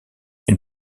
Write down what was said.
une